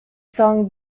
song